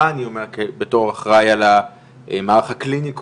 אני אומר בתור אחראי על מערך הקליניקות,